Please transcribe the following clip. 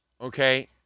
okay